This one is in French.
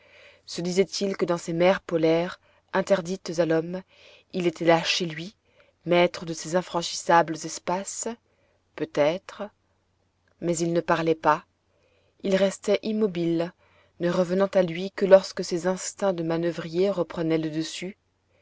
se disait-il que dans ces mers polaires interdites à l'homme il était là chez lui maître de ces infranchissables espaces peut-être mais il ne parlait pas il restait immobile ne revenant à lui que lorsque ses instincts de manoeuvrier reprenaient le dessus